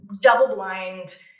double-blind